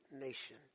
nation